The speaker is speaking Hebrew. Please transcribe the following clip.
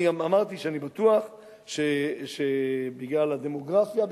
אני גם אמרתי שאני בטוח שבגלל הדמוגרפיה,